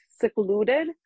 secluded